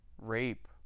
rape